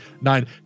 nine